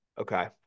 Okay